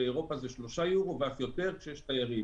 שלושה יורו ואף יותר באירופה.